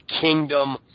kingdom